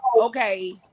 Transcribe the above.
okay